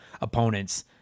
opponents